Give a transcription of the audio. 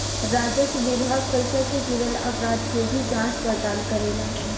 राजस्व विभाग पइसा से जुरल अपराध के भी जांच पड़ताल करेला